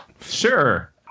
sure